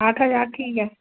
आठ हज़ार ठीक है